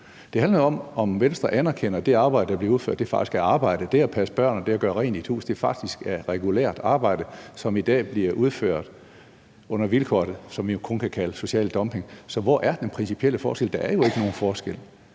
Det handler om, om Venstre anerkender, at det arbejde, der bliver udført, faktisk er arbejde, at det at passe børn og det at gøre rent i et hus faktisk er regulært arbejde, som i dag bliver udført under vilkår, som vi jo kun kan kalde social dumping. Så hvor er den principielle forskel? Der er jo ikke nogen forskel,